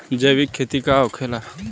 जैविक खेती का होखेला?